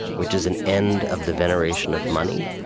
which is an end of the veneration of money,